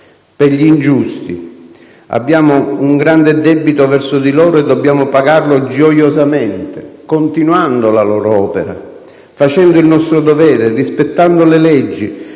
per gli ingiusti. Abbiamo un grande debito verso di loro e dobbiamo pagarlo gioiosamente, continuando la loro opera, facendo il nostro dovere, rispettando le leggi,